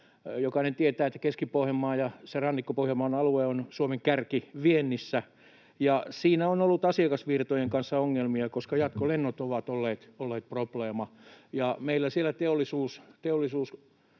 Jokainen tietää, että Keski-Pohjanmaa ja se Rannikko-Pohjanmaan alue on Suomen kärki viennissä, ja siinä on ollut asiakasvirtojen kanssa ongelmia, koska jatkolennot ovat olleet probleema. Meillä siellä teollisuus,